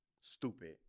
Stupid